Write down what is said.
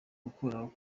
gukuraho